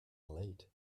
late